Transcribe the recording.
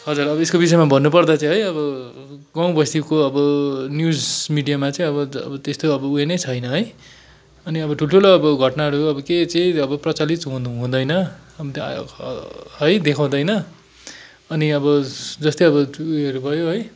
हजुर अब यसको विषयमा भन्नुपर्दा चाहिँ है अब गाउँ बस्तीको अब न्युज मिडियामा चाहिँ अब त्यस्तो अब उयो नै छैन है अनि अब ठुल्ठुलो अब घटनाहरू अब के चाहिँ अब प्रचलित हुनु हुँदैन अन्त है देखाउँदैन अनि अब जस्तै अब उयोहरू भयो है